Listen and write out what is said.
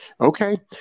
Okay